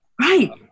Right